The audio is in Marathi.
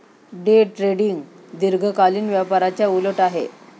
डे ट्रेडिंग दीर्घकालीन व्यापाराच्या उलट आहे